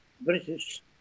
British